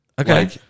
Okay